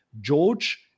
george